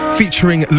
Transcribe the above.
featuring